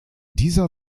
dieser